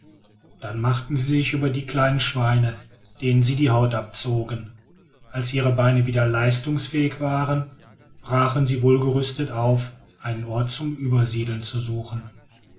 dann machten sie sich über die kleinen schweine denen sie die haut abzogen als ihre beine wieder leistungsfähig waren brachen sie wohlgerüstet auf einen ort zum übersiedeln zu suchen